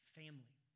family